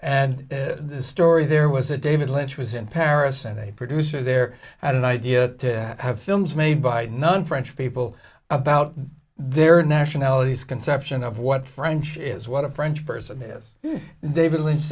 and the story there was a david lynch was in paris and a producer there had an idea to have films made by none french people about their nationalities conception of what french is what a french person is david lynch